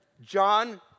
John